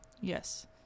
yes